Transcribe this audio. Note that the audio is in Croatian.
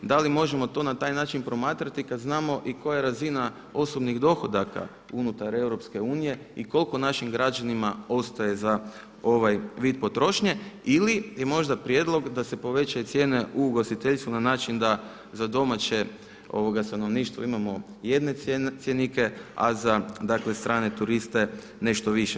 Da li možemo to na taj način promatrati kad znamo i koja je razina osobnih dohodaka unutar EU i koliko našim građanima ostaje za ovaj vid potrošnje ili je možda prijedlog da se povećaju cijene u ugostiteljstvu na način da za domaće stanovništvo imamo jedne cjenike, a za dakle strane turiste nešto više.